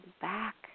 back